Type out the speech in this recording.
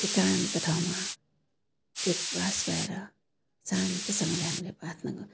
एकान्त ठाउँमा एकबास भएर शान्तसँगले हामीले प्रार्थना